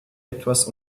etwas